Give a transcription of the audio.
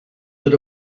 that